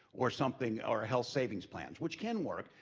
or something, or health savings plans. which can work,